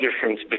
difference